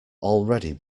already